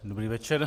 Dobrý večer.